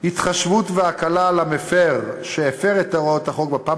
התחשבות והקלה למפר שהפר את הוראות החוק בפעם